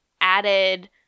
added